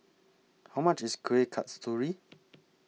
How much IS Kuih Kasturi